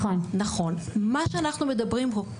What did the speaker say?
מה שאנחנו מדברים פה,